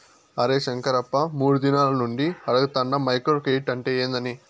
అరే శంకరప్ప, మూడు దినాల నుండి అడగతాండ మైక్రో క్రెడిట్ అంటే ఏందని